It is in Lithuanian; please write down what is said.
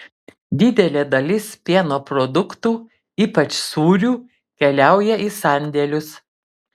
didelė dalis pieno produktų ypač sūrių keliauja į sandėlius